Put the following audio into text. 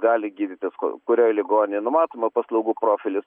gali gydytojas ko kurioj ligoninėj numatoma paslaugų profilis